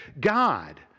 God